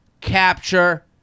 capture